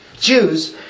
Jews